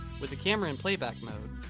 with the camera in playback mode,